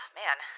man